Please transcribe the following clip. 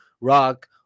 rock